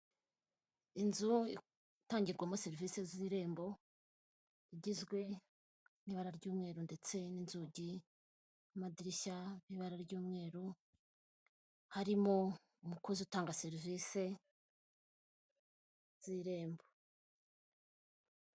Inzu itangirwamo serivisi z'irembo, igizwe n'ibara ry'umweru ndetse n'inzugi n'amadirishya y'ibara ry'umweru, harimo umukozi utanga serivisi z'irembo.